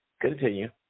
continue